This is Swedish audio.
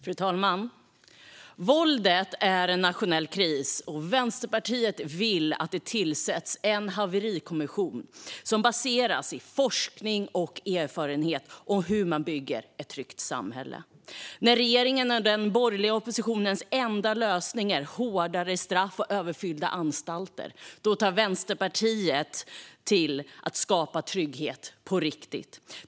Fru talman! Våldet är en nationell kris, och Vänsterpartiet vill att det tillsätts en haverikommission som baseras på forskning och erfarenhet av hur man bygger ett tryggt samhälle. När regeringens och den borgerliga oppositionens enda lösning är hårdare straff och överfyllda anstalter tar Vänsterpartiet till att skapa trygghet på riktigt.